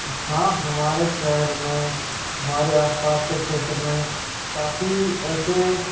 हाँ हमारे शहर में हमारे आसपास के क्षेत्र में काफ़ी ऐसे